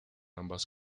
ambas